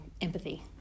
empathy